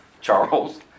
Charles